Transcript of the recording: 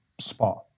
spot